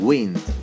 Wind